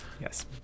Yes